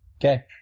Okay